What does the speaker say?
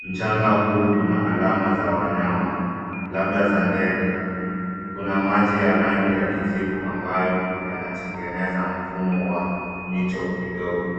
,mchanga huu una alama za wanyama labda za ndege kuna maji ya rangi ya kijivu ambayo yanatengeneza mfumo wa mito kidogo.